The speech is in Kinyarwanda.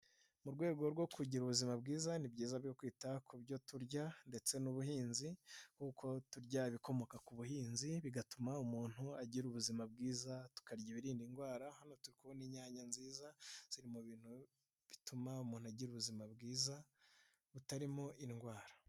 Mu rwego rwo kugira ubuzima bwiza, n'ibyiza byo kwita ku byo turya ndetse n'ubuhinzi, kuko turya ibikomoka ku buhinzi bigatuma umuntu agira ubuzima bwiza, tukarya ibirinda indwara, hano turi ubona inyanya nziza, ziri mu bintu bituma umuntu agira ubuzima bwiza butarimo indwara.